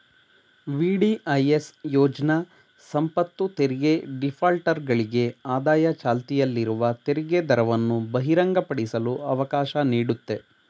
VDIS ಯೋಜ್ನ ಸಂಪತ್ತುತೆರಿಗೆ ಡಿಫಾಲ್ಟರ್ಗಳಿಗೆ ಆದಾಯ ಚಾಲ್ತಿಯಲ್ಲಿರುವ ತೆರಿಗೆದರವನ್ನು ಬಹಿರಂಗಪಡಿಸಲು ಅವಕಾಶ ನೀಡುತ್ತೆ